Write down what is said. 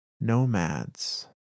nomads